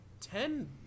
ten